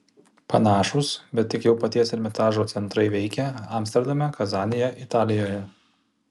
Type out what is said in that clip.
panašūs bet tik jau paties ermitažo centrai veikia amsterdame kazanėje italijoje